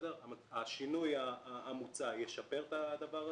השינוי המוצע ישפר את הדבר הזה.